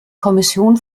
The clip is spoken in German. kommission